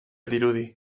dirudi